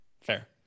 fair